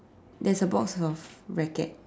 there's a box of racket